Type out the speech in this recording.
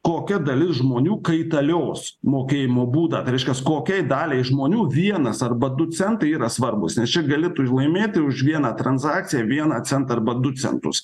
kokia dalis žmonių kaitalios mokėjimo būdą tai reiškias kokiai daliai žmonių vienas arba du centai yra svarbūs nes čia gali laimėti už vieną transakciją vieną centą arba du centus